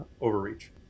overreach